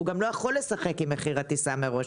הוא גם לא יכול לשחק עם מחיר הטיסה מראש.